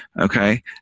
okay